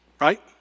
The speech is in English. Right